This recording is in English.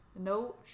No